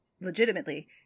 legitimately